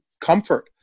comfort